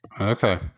Okay